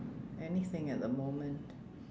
anything at the moment